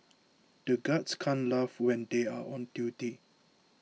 the guards can't laugh when they are on duty